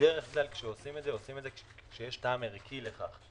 בדרך כלל עושים את זה כשיש טעם ערכי לכך.